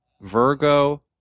Virgo